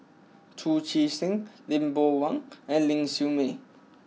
Chu Chee Seng Lee Boon Wang and Ling Siew May